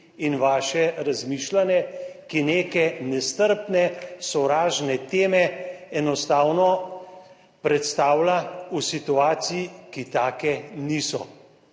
in vaše razmišljanje, ki neke nestrpne, sovražne teme enostavno predstavlja v situaciji, ki take niso.